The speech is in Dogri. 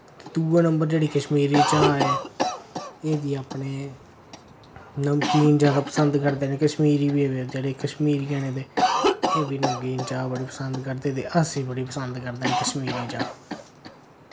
दुए नंबर जेह्ड़ी कश्मीरी चाह् ऐ एह् बी अपने नमकीन ज्यादा पसंद करदे न कश्मीरी बी जेह्ड़े कश्मीरियें न ते एह् बी नमकीन चा बड़ी पसंद करदे ते अस बी बड़ी पसंद करदे न कश्मीरी चा